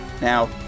Now